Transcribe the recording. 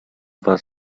was